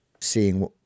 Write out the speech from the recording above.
seeing